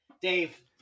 Dave